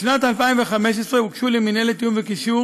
בשנת 2015 הוגשו למינהלת תיאום וקישור